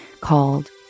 called